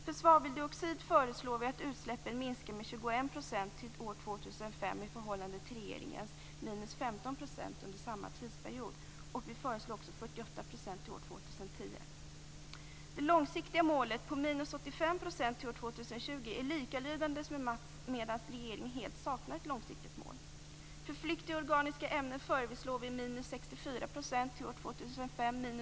För svaveldioxid föreslår vi att utsläppen minskar med 21 % till år 2005 i förhållandet till regeringens förslag om 15 % under samma tidsperiod. Vi föreslår också 48 % till år 2010. Det långsiktiga målet på MaTs, medan regeringen helt saknar ett långsiktigt mål. För flyktiga organiska ämnen föreslår vi 64 % till år 2005.